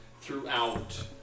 throughout